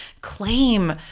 claim